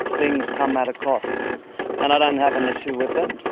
things come at a cost and i don't have an issue with it,